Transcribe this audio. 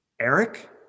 Eric